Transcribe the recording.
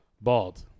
Bald